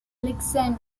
alexander